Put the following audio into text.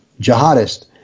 jihadist